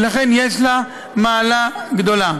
ולכן יש לה מעלה גדולה.